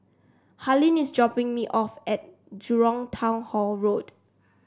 Harlene is dropping me off at Jurong Town Hall Road